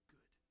Good